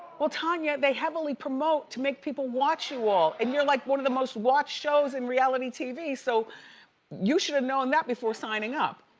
well, tanya, they heavily promote to make people watch you all. and you're like one of the most watched shows in reality tv. so you should have known that before signing up.